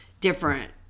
different